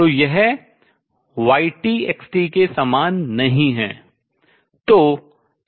तो यह y x के समान नहीं है